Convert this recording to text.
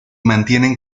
mantienen